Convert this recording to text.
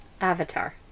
Avatar